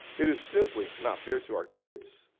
it is simply not fair to our kids,